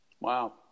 Wow